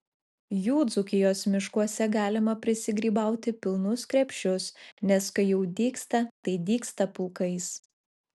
jų dzūkijos miškuose galima prisigrybauti pilnus krepšius nes kai jau dygsta tai dygsta pulkais